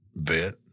vet